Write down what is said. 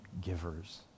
givers